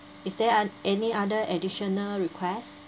is there oth~ any other additional request